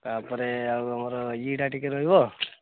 ତା'ପରେ ଆଉ ଆମର ଇଏଟା ଟିକେ ରହିବ